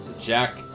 Jack